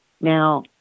now